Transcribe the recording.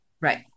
Right